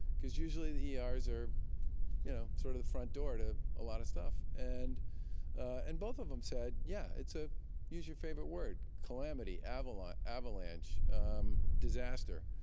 because usually the ers are you know sort of the front door to a lot of stuff. and and both of them said, yeah. it's a use your favorite word calamity, avalanche, disaster.